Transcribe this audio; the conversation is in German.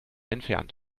entfernt